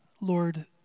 Lord